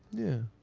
yeah.